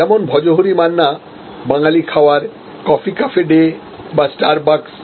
যেমন ভজহরি মান্না বাঙালি খাবার কফি ক্যাফে ডে বা স্টার বকস কফি